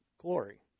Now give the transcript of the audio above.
glory